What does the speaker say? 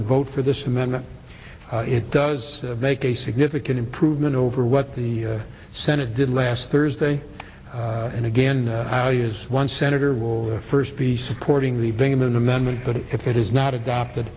and vote for this amendment it does make a significant improvement over what the senate did last thursday and again is one senator will first be supporting the bingaman amendment but if it is not adopted